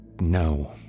no